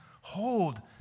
Hold